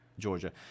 georgia